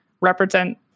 represent